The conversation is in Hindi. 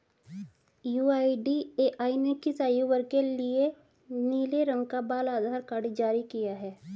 यू.आई.डी.ए.आई ने किस आयु वर्ग के लिए नीले रंग का बाल आधार कार्ड जारी किया है?